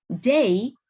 day